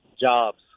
Jobs